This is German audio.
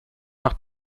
nach